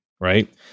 right